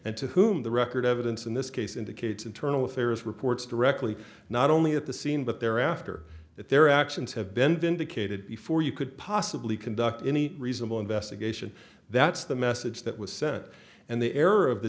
and to whom the record evidence in this case indicates internal affairs reports directly not only at the scene but there after that their actions have been vindicated before you could possibly conduct any reasonable investigation that's the message that was sent and the